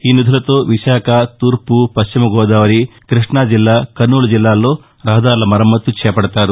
ఈ నిధులతో విశాఖ తూర్పు పశ్చిమ గోదావరి కృష్ణొజిల్లా కర్నూలు జిల్లాల్లో రహదారుల మరమ్మతు చేపడతారు